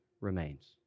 remains